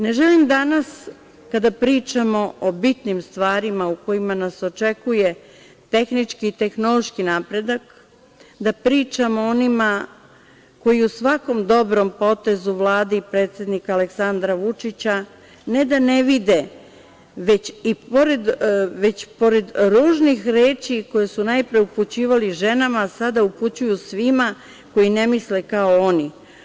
Ne želim danas, kada pričamo o bitnim stvarima u kojima nas očekuje tehnički i tehnološki napredak, da pričamo onima koji u svakom dobrom potezu Vlade i predsednika Aleksandra Vučića, ne da ne vide, već pored ružnih reči koje su najpre upućivali ženama, a sada upućuju svima koji ne misle kao oni.